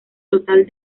total